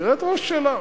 תראה את ראש הממשלה,